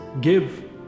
Give